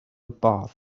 bath